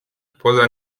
poza